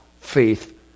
faith